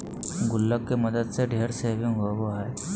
गुल्लक के मदद से ढेर सेविंग होबो हइ